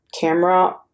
camera